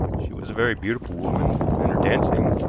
she was a very beautiful woman, and her dancing,